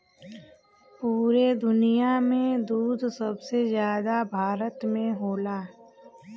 पुरे दुनिया में दूध सबसे जादा भारत में होला